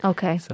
Okay